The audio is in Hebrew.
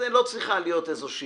אז לא צריכה להיות מניעה,